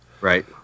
Right